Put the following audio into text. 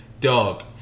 Dog